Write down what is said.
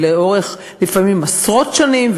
לפעמים לאורך עשרות שנים,